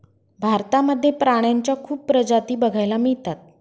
भारतामध्ये प्राण्यांच्या खूप प्रजाती बघायला मिळतात